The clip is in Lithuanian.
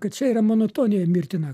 kad čia yra monotonija mirtina